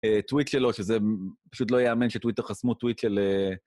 טוויט שלו, שזה פשוט לא יאמן שטוויטר חסמו טוויט של...